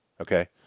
okay